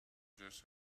just